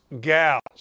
gals